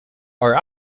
are